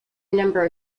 number